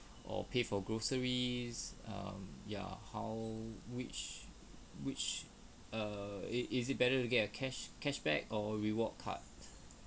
or pay for groceries um ya how which which err is is it better to get a cash cashback or reward card